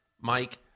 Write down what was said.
Mike